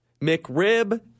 McRib